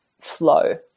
flow